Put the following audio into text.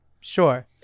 Sure